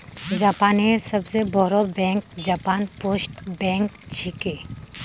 जापानेर सबस बोरो बैंक जापान पोस्ट बैंक छिके